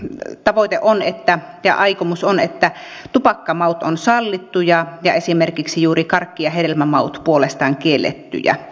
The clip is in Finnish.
ddrn aikomus on että tupakkamaut ovat sallittuja ja esimerkiksi juuri karkki ja hedelmämaut puolestaan kiellettyjä